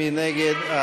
מי נגד?